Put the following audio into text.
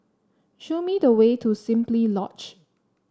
show me the way to Simply Lodge